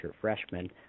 freshman